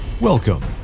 Welcome